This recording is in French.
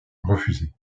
refusée